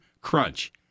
Crunch